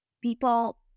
people